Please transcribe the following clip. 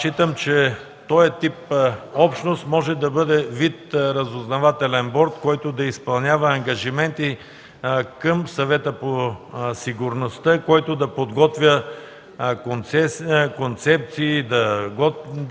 Смятам, че този тип общност може да бъде вид разузнавателен борд, който да изпълнява ангажименти към Съвета по сигурността, който да подготвя концепции, да